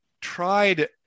tried